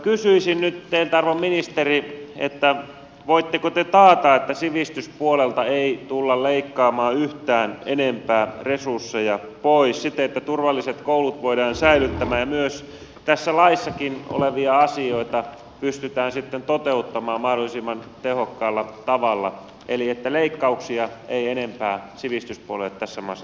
kysyisin nyt teiltä arvon ministeri voitteko te taata että sivistyspuolelta ei tulla leikkaamaan yhtään enempää resursseja pois siten että turvalliset koulut voidaan säilyttää ja myös tässä laissakin olevia asioita pystytään sitten toteuttamaan mahdollisimman tehokkaalla tavalla eli että leikkauksia ei enempää sivistyspuolelle tässä maassa tehdä